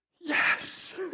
yes